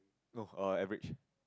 no err average